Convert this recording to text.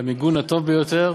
שהמיגון הטוב ביותר